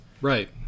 Right